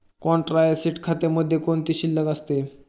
Contra asset खात्यामध्ये कोणती शिल्लक असते?